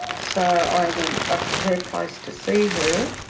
so i went up to her place to see her,